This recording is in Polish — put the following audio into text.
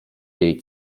jej